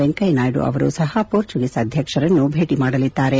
ವೆಂಕಯ್ನಾಯ್ದ ಅವರೂ ಸಹ ಪೋರ್ಚುಗೀಸ್ ಅಧ್ವಕ್ಷರನ್ನು ಭೇಟ ಮಾಡಲಿದ್ದಾರೆ